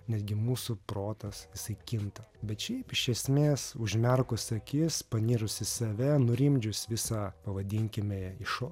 netgi mūsų protas jisai kinta bet šiaip iš esmės užmerkus akis panirus į save nurimdžius visa pavadinkime išo